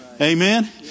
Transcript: Amen